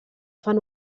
fan